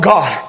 God